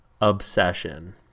obsession